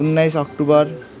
उन्नाइस अक्टोबर